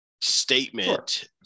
statement